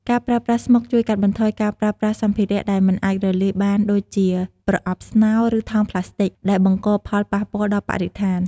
ការប្រើប្រាស់ស្មុកជួយកាត់បន្ថយការប្រើប្រាស់សម្ភារៈដែលមិនអាចរលាយបានដូចជា ប្រអប់ស្នោ ឬថង់ប្លាស្ទិក ដែលបង្កផលប៉ះពាល់ដល់បរិស្ថាន។